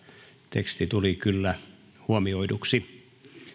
teksti tuli kyllä huomioiduksi